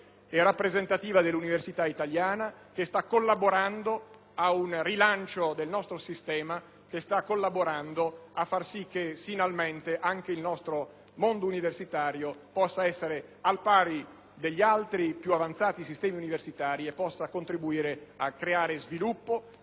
e rappresentativa dell'università italiana che sta collaborando ad un rilancio del nostro sistema e a far sì che finalmente anche il nostro mondo universitario possa essere al pari degli altri sistemi più avanzati e che possa contribuire a creare sviluppo,